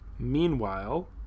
meanwhile